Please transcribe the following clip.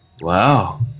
Wow